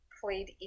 played